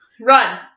Run